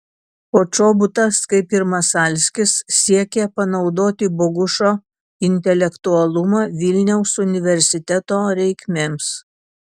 počobutas kaip ir masalskis siekė panaudoti bogušo intelektualumą vilniaus universiteto reikmėms